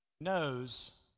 knows